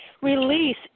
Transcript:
release